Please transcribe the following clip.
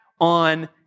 on